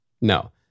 No